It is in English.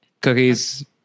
cookies